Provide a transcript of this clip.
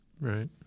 Right